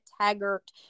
taggart